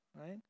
right